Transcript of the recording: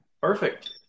Perfect